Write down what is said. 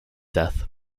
death